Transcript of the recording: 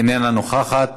איננה נוכחת.